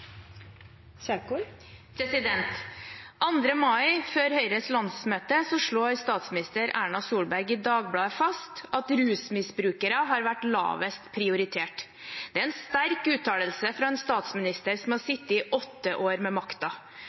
mai, før Høyres landsmøte, slår statsminister Erna Solberg fast i Dagbladet at rusmisbrukere har vært lavest prioritert. Det er en sterk uttalelse fra en statsminister som har sittet åtte år med